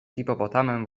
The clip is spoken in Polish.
hipopotamem